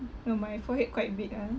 no my forehead quite big ah